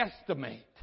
estimate